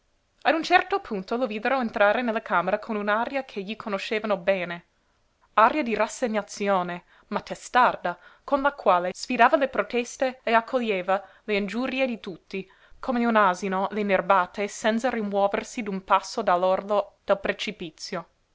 a un certo punto lo videro entrare nella camera con un'aria che gli conoscevano bene aria di rassegnazione ma testarda con la quale sfidava le proteste e accoglieva le ingiurie di tutti come un asino le nerbate senza rimuoversi d'un passo dall'orlo del precipizio